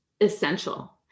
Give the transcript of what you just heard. essential